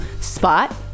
spot